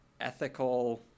ethical